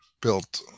built